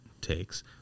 takes